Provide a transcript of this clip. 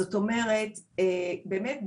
זאת אומרת שבאמת,